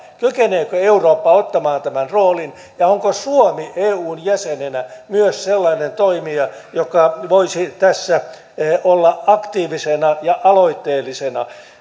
kykeneekö eurooppa ottamaan tämän roolin onko suomi eun jäsenenä myös sellainen toimija joka voisi tässä olla aktiivisena ja aloitteellisena